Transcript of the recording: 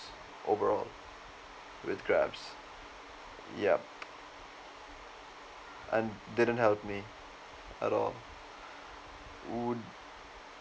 overall with grabs yup and didn't help me at all would